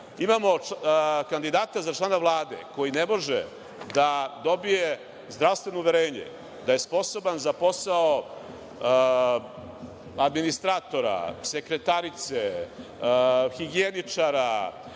imamo kandidata za člana Vlade, koji ne može da dobije zdravstveno uverenje, da je sposoban za posao administratora, sekretarice, higijeničara,